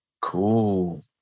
cool